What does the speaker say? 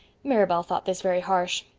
mirabel thought this very harsh.